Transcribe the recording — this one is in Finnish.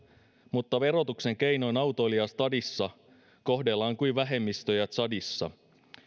mutta verotuksen keinoin autoilijaa stadissa kohdellaan kuin vähemmistöjä tsadissa